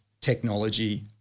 technology